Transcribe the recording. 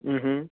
અંહં